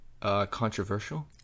controversial